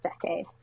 decade